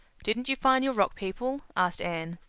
didn't you find your rock people? asked anne.